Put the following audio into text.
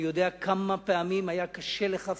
אני יודע כמה פעמים היה קשה לך פיזית,